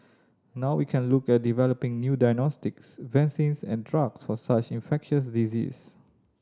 now we can look at developing new diagnostics vaccines and drugs for such infectious disease